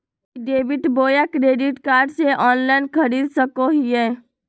ई debit बोया credit card से online खरीद सको हिए?